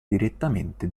direttamente